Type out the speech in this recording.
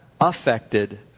affected